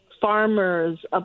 farmers